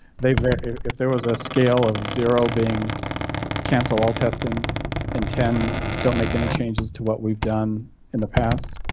they've if there was a scale of zero being cancel all testing and ten don't make any changes to what we've done in the past.